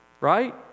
Right